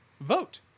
vote